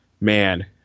Man